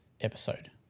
episode